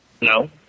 No